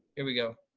here we go,